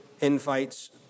invites